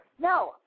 No